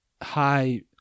high